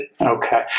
Okay